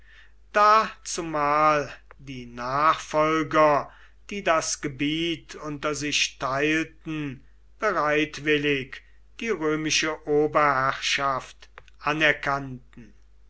zumal die nachfolger die das gebiet unter sich teilten bereitwillig die römische oberherrschaft anerkannten